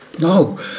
No